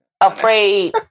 afraid